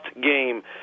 game